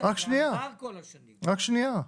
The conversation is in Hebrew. עזר כל השנים.